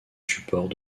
supports